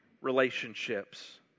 relationships